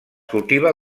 cultiva